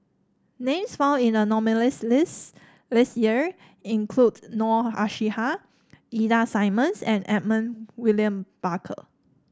names found in the nominees' list this year include Noor Aishah Ida Simmons and Edmund William Barker